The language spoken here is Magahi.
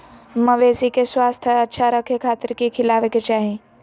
मवेसी के स्वास्थ्य अच्छा रखे खातिर की खिलावे के चाही?